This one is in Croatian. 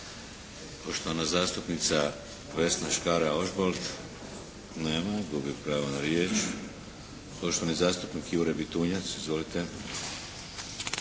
Poštovana zastupnica Vesna Škare-Ožbolt. Nema je. Gubi pravo na riječ. Poštovani zastupnik Jure Bitunjac. Izvolite.